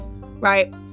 Right